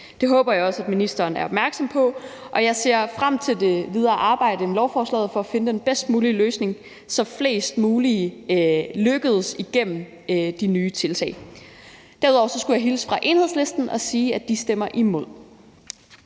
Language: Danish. Det håber jeg også at ministeren er opmærksom på, og jeg ser frem til det videre arbejde med lovforslaget for at finde den bedst mulige løsning, så flest muligt kommer godt igennem de nye tiltag. Derudover skal jeg hilse fra Enhedslisten og sige, at de stemmer imod.